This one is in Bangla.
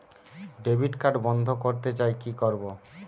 ডেবিট কার্ড বন্ধ করতে চাই কি করব?